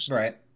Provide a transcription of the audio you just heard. right